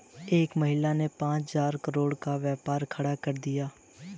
एक महिला ने पांच हजार करोड़ का व्यापार खड़ा कर दिया